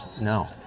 No